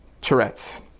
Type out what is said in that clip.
Tourette's